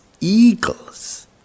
eagles